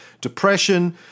Depression